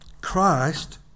Christ